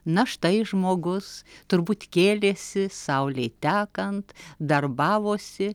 na štai žmogus turbūt kėlėsi saulei tekant darbavosi